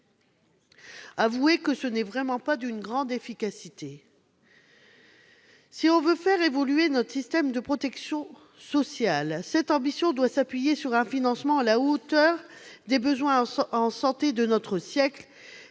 collègues, ce n'est vraiment pas d'une grande efficacité ... Si l'on veut faire évoluer notre système de protection sociale, cette ambition doit s'appuyer sur un financement à la hauteur des besoins en santé de notre siècle